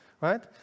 right